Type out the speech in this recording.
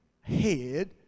head